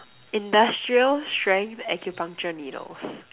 industrial strength acupuncture needles